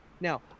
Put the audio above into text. Now